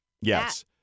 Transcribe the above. Yes